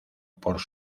por